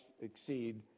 exceed